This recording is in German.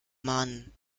mann